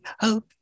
hope